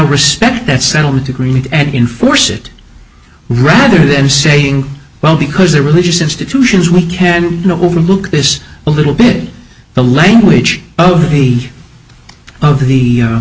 respect that settlement agreement and enforce it rather than saying well because they're religious institutions we can overlook this a little bit the language of the the